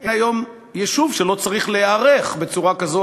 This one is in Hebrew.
אין היום יישוב שלא צריך להיערך בצורה כזאת